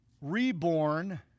reborn